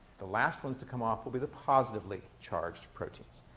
the last ones to come off will be the positively charged proteins.